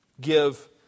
give